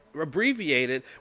abbreviated